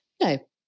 no